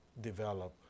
develop